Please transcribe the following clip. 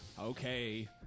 Okay